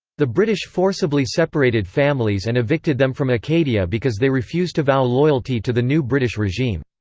the british forcibly separated families and evicted them from acadia because they refused to vow loyalty to the new british regime.